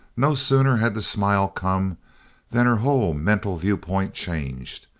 no sooner had the smile come than her whole mental viewpoint changed.